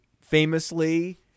famously